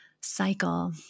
cycle